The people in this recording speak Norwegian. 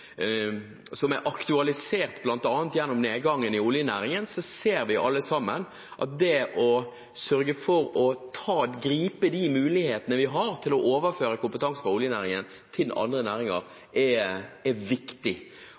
er aktualisert. Blant annet på grunn av nedgangen i oljenæringen ser vi alle at det å sørge for å gripe de mulighetene vi har til å overføre kompetanse fra oljenæringen til andre næringer, er viktig,